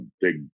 big